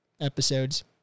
episodes